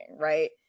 right